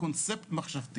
כבית חולים אחד.